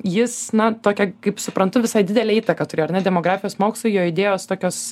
jis na tokią kaip suprantu visai didelę įtaką turėjo ar ne demografijos mokslui jo idėjos tokios